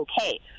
okay